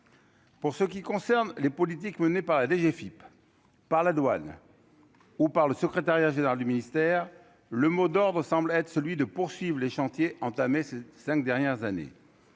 Pour ce qui concerne les politiques menées par la DGFIP par la douane ou par le secrétariat général du ministère, le mot d'ordre semble être celui de poursuivre les chantiers entamés ces 5 dernières années